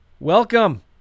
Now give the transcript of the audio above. Welcome